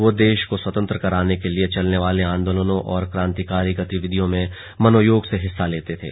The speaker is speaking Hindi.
वो देश को स्वतंत्र कराने के लिए चलने वाले आंदोलनों और क्रांतिकारी गतिविधियों में मनोयोग से हिस्सा लेते थे